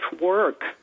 work